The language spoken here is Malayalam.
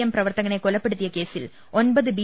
എം പ്രവർത്ത കനെ കൊലപ്പെടുത്തിയ കേസിൽ ഒൻപത് ബി